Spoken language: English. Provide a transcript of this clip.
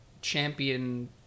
Champion